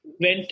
went